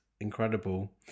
incredible